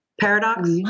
Paradox